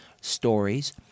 stories